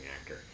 actor